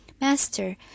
Master